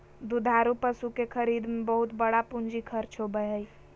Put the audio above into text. दुधारू पशु के खरीद में बहुत बड़ा पूंजी खर्च होबय हइ